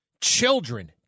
Children